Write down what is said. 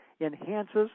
enhances